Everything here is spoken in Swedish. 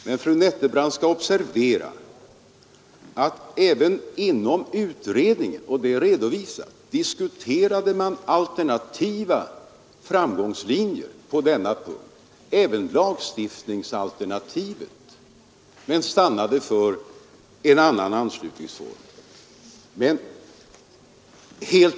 Men fru Nettelbrandt skall observera att även inom utredningen — och det är redovisat — diskuterade man alternativa framgångslinjer på den punkten, även lagstiftningsalternativet, men man stannade för en annan anslutningsform.